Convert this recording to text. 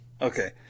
Okay